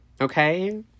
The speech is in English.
okay